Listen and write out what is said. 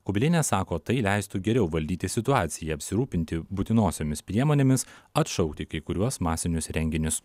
kubilienė sako tai leistų geriau valdyti situaciją apsirūpinti būtinosiomis priemonėmis atšaukti kai kuriuos masinius renginius